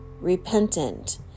repentant